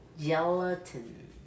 Gelatin